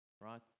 right